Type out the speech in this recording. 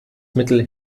mittel